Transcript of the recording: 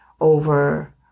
over